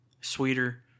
sweeter